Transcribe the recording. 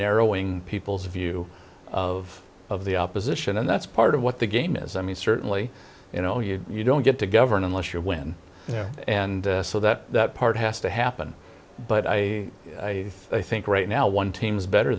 narrowing people's view of of the opposition and that's part of what the game is i mean certainly you know you don't get to govern unless you win you know and so that part has to happen but i think right now one team's better